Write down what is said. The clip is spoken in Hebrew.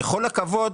בכל הכבוד,